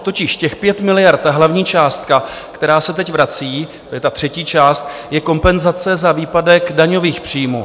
Totiž těch 5 miliard, ta hlavní částka, která se teď vrací to je ta třetí část je kompenzace za výpadek daňových příjmů.